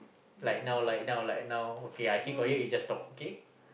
like now like now like now okay I keep quiet you just talk okay